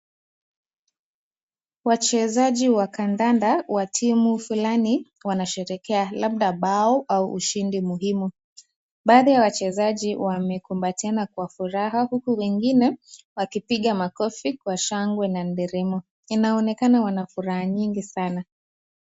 Wachezaji wa kandanda wa timu fulani wanasherehekea labda bao au ushindi muhimu. Baadhi ya wachezaji wamekumbatiana kwa furaha uku wengine wakipiga makofi kwa shangwe na nderemo. Inaonekana wana furaha nyingi sana.